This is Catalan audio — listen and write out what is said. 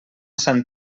sant